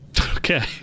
okay